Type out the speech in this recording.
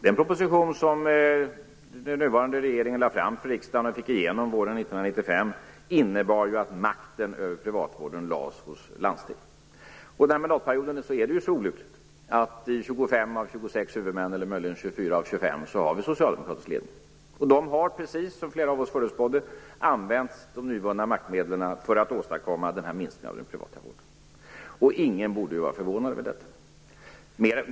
Den proposition som den nuvarande regeringen lade fram för riksdagen och fick igenom våren 1995 innebar att makten över privatvården lades hos landstingen. Den här mandatperioden är det så olyckligt att 25 av 26, eller möjligen 24 av 25, huvudmän har socialdemokratisk ledning. De har, precis som flera av oss förutspådde, använt de nyvunna maktmedlen för att åstadkomma denna minskning av den privata vården. Ingen borde vara förvånad över detta.